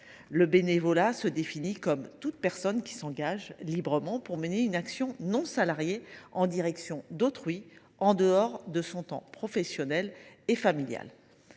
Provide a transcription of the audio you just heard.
le bénévole est défini comme « toute personne qui s’engage librement pour mener une action non salariée en direction d’autrui, en dehors de son temps professionnel et familial